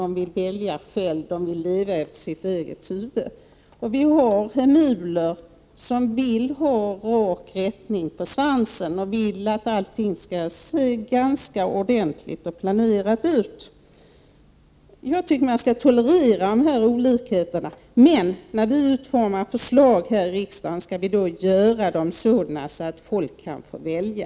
De vill välja själva och leva efter sitt eget huvud. Vi har hemuler som vill ha rak rättning på svansen och vill att allting skall se ganska ordentligt och planerat ut. Jag tycker att man skall tolerera dessa olikheter, men när vi utformar förslag här i riksdagen skall vi göra det på ett sådant sätt att männskorna själva kan få välja.